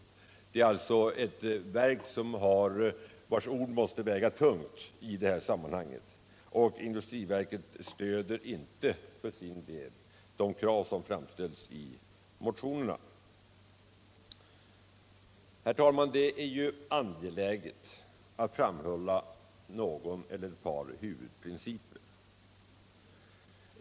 Industriverket är alltså ett verk, vars ord måste väga tungt i detta sammanhang. Industriverket stöder för sin del inte de krav som framställs i motionerna. Herr talman! Det är angeläget att framhålla ett par huvudprinciper.